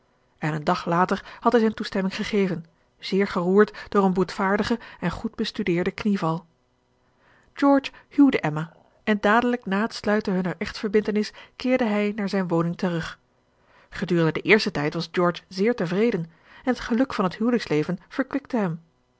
en een dag later had hij zijne toestemming gegeven zeer geroerd door een boetvaardigen en goed bestudeerden knieval george huwde emma en dadelijk na het sluiten hunner echtverbindtenis keerde hij naar zijne woning terug gedurende den eersten tijd was george zeer tevreden en het geluk van het huwelijksleven verkwikte hem